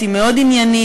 היא מאוד עניינית,